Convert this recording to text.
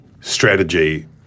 strategy